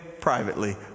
privately